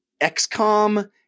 XCOM